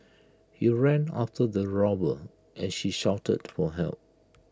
he ran after the robber as she shouted for help